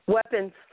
Weapons